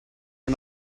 are